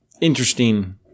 interesting